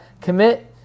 commit